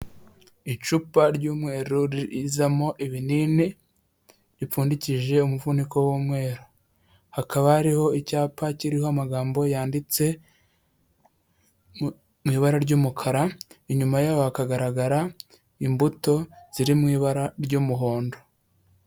Icupa ry'umweru rizamo ibinini ripfundikishije umuvuniko w'umweru, hakaba hariho icyapa kiriho amagambo yanditse mu ibara ry'umukara, inyuma yaho hakagaragara imbuto ziri mu ibara ry'umuhondo.